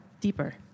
deeper